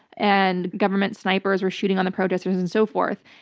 and government snipers were shooting on the protesters and so forth.